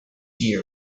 year